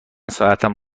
ساعتم